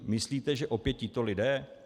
Myslíte, že opět tito lidé?